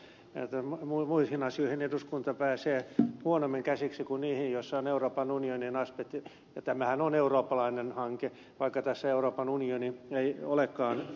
tässähän on tämä paradoksi että muihin asioihin eduskunta pääsee huonommin käsiksi kuin niihin joissa on euroopan unionin aspekti ja tämähän on eurooppalainen hanke vaikka tässä euroopan unioni ei olekaan mukana